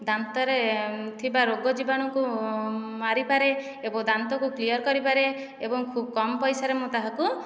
ଦାନ୍ତରେ ଥିବା ରୋଗ ଜୀବାଣୁକୁ ମାରିପାରେ ଏବଂ ଦାନ୍ତକୁ କ୍ଲିୟର କରିପାରେ ଏବଂ ଖୁବ କମ ପଇସାରେ ମୁଁ ତାହାକୁ